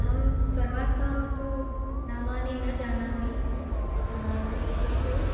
अहं सर्वासां तु नामानि न जानामि किन्तु